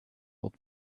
old